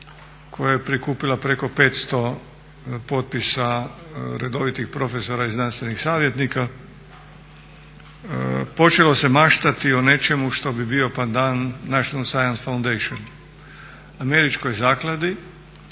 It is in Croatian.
koja je prikupila preko 500 potpisa redovitih profesora i znanstvenih savjetnika počelo se maštati o nečemu što bi bio pandan National science foundation, američkoj zakladi